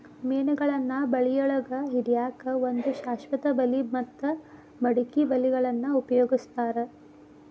ಮೇನಗಳನ್ನ ಬಳಿಯೊಳಗ ಹಿಡ್ಯಾಕ್ ಒಂದು ಶಾಶ್ವತ ಬಲಿ ಮತ್ತ ಮಡಕಿ ಬಲಿಗಳನ್ನ ಉಪಯೋಗಸ್ತಾರ